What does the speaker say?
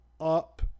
up